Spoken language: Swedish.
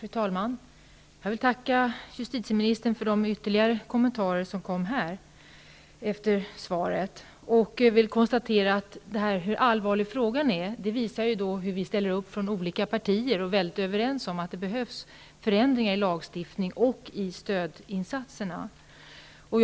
Fru talman! Jag vill tacka justitieministern för de ytterligare kommentarerna. Att vi ställer upp från olika partier och är överens om att det behövs förändringar i lagstiftningen och i stödinsatserna, visar hur allvarlig frågan är.